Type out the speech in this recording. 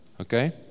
Okay